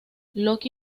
loki